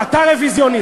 אתה לא רוויזיוניסט.